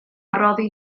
roddir